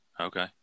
Okay